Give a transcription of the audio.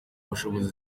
bushobozi